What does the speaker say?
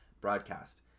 broadcast